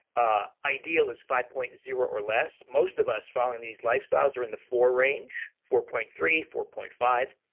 ah ideal is five point zero or less. most of us fall in these lifestyles or in the four range four point three, four point five.